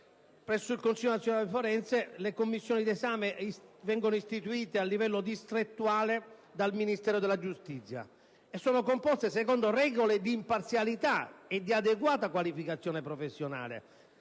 presso il Consiglio nazionale forense le commissioni d'esame vengano istituite a livello distrettuale dal Ministero della giustizia e siano composte, secondo regole di imparzialità e di adeguata qualificazione professionale,